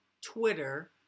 Twitter